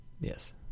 Yes